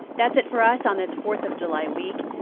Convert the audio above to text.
that's it for us on this fourth of july week.